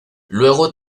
luego